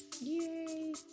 Yay